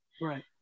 Right